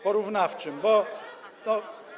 porównawczym, bo to.